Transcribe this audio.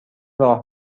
راه